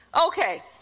Okay